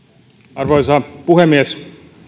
arvoisa puhemies